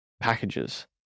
packages